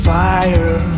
fire